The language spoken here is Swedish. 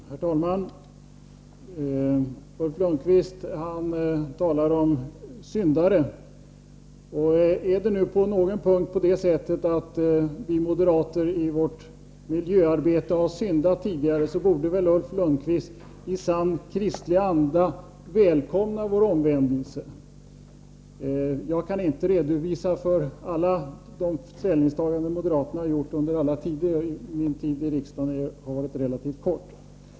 Herr talman! Ulf Lönnqvist talar om syndare. Är det nu på någon punkt på det sättet att vi moderater i vårt miljöarbete har syndat tidigare, borde väl Ulf Lönnqvist i sann kristlig anda välkomna vår omvändelse. Jag kan inte redovisa alla de ställningstaganden moderaterna gjort under alla tider, för min tid i riksdagen har varit relativt kort.